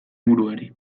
buruari